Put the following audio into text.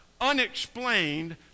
unexplained